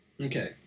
Okay